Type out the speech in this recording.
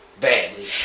Badly